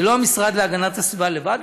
זה לא המשרד להגנת הסביבה לבד,